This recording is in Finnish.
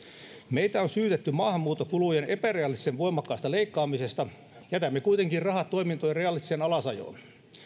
meitä on syytetty maahanmuuttokulujen epärealistisen voimakkaasta leikkaamisesta jätämme kuitenkin rahat toimintojen realistiseen alasajoon